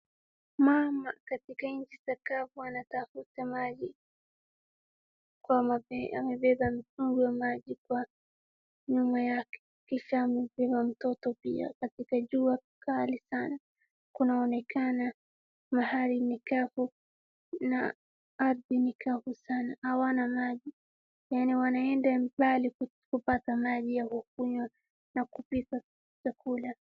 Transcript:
Mama katika nchi za kavu anatafuta maji. Amebeba mtungi wa maji nyuma yake, kisha amebeba mtoto pia katika jua kali sana. Kunaonekana mahali ni kavu na ardhi ni kavu sana, hawana maji, yaani wanaenda mbali sana kupata maji ya kunywa na kupika.